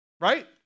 Right